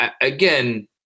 Again